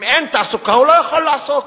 אם אין תעסוקה, הוא לא יכול לעסוק.